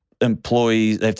employees